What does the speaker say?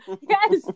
yes